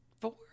four